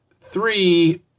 Three